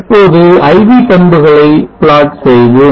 இப்போது IV பண்புகளை plot செய்வோம்